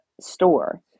store